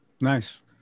Nice